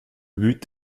but